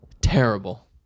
terrible